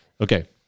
Okay